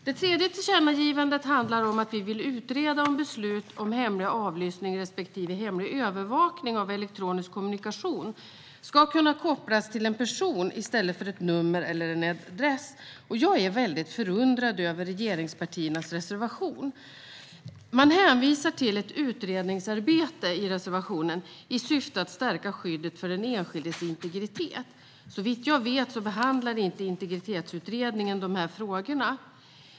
Det tredje tillkännagivandet handlar om att vi vill utreda om beslut om hemlig avlyssning respektive hemlig övervakning av elektronisk kommunikation ska kunna kopplas till en person i stället för ett nummer eller en adress. Jag är väldigt förundrad över regeringspartiernas reservation. Man hänvisar i reservationen till ett utredningsarbete i syfte att stärka skyddet för den enskildes integritet. Såvitt jag vet behandlade inte Integritetsutredningen dessa frågor.